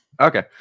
Okay